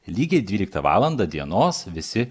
lygiai dvyliktą valandą dienos visi